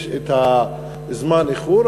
יש זמן איחור,